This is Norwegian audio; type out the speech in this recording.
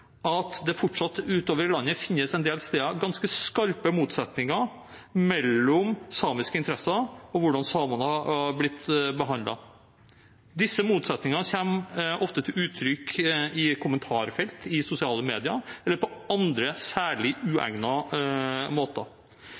at det en del steder utover i landet fortsatt finnes ganske skarpe motsetninger mellom samiske interesser og hvordan samene har blitt behandlet. Disse motsetningene kommer ofte til uttrykk i kommentarfelt i sosiale medier eller på andre særlig uegnede måter.